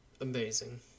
amazing